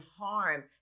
harm